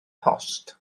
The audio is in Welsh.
post